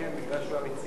יסכם, כי הוא המציע.